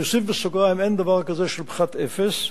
אני אוסיף בסוגריים: אין דבר כזה פחת אפס,